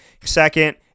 second